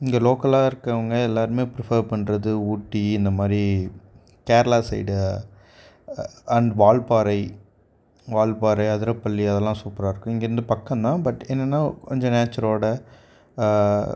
இங்கே லோக்கலாக இருக்கறவங்க எல்லோருமே பிரிஃபர் பண்றது ஊட்டி இந்தமாதிரி கேரளா சைடு அண்ட் வால்பாறை வால்பாறை அதிரப்பள்ளி அதெல்லாம் சூப்பராக இருக்கும் இங்கேருந்து பக்கம் தான் பட் என்னென்னால் கொஞ்சம் நேச்சரோடு